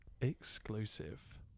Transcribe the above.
exclusive